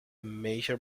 major